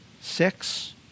Six